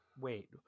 Wait